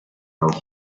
dans